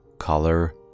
color